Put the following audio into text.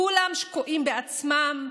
כולם שקועים בעצמם,